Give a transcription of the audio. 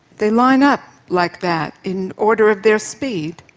they line up like that in order of their speed?